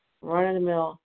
run-of-the-mill